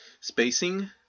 spacing